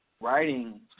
Writing